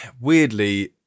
weirdly